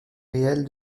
réelle